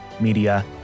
media